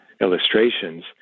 illustrations